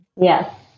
Yes